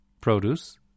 produce